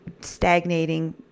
stagnating